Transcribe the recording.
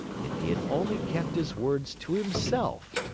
if he had only kept his words to himself!